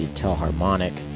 telharmonic